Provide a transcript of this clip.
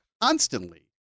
constantly